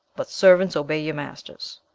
but servants obey yer masters.